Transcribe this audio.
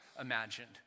imagined